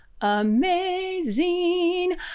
amazing